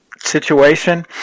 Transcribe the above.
situation